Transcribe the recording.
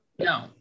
No